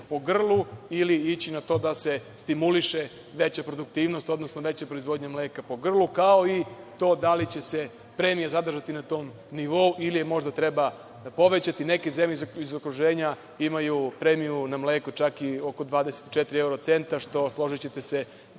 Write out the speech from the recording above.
po grlu ili ići na to da se stimuliše veća produktivnost, odnosno veća proizvodnja mleka po grlu, kao i to da li će se premije zadržati na tom nivou ili je možda treba povećati. Neke zemlje iz okruženja imaju premiju na mleko čak i oko 24 eruo centa što, složićete se